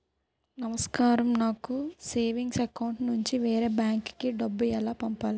నమస్కారం నాకు savings account నుంచి వేరే బ్యాంక్ కి డబ్బు ఎలా పంపాలి?